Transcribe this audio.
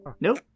Nope